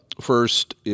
First